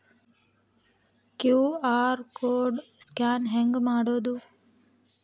QR code scan ಹೆಂಗ್ ಮಾಡೋದು?